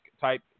type